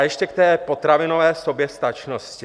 Ještě k té potravinové soběstačnosti.